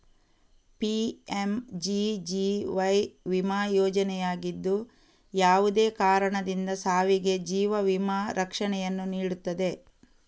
PMGGY ವಿಮಾ ಯೋಜನೆಯಾಗಿದ್ದು, ಯಾವುದೇ ಕಾರಣದಿಂದ ಸಾವಿಗೆ ಜೀವ ವಿಮಾ ರಕ್ಷಣೆಯನ್ನು ನೀಡುತ್ತದೆ